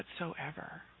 whatsoever